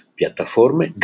piattaforme